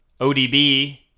ODB